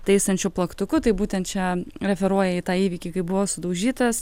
taisančiu plaktuku tai būtent čia referuoja į tą įvykį kai buvo sudaužytas